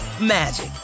magic